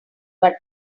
but